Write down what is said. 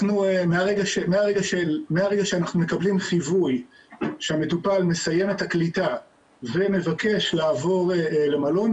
מהרגע שאנחנו מקבלים חיווי שהמטופל מסיים את הקליטה ומבקש לעבור למלון,